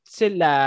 sila